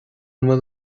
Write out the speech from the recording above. bhfuil